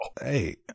Hey